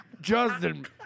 Justin